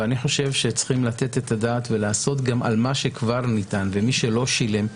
אני חושב שצריכים לתת את הדעת גם על מה שכבר ניתן ומי שלא שילם,